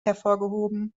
hervorgehoben